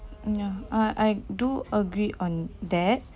ya I I do agree on that